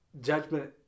judgment